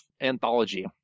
Anthology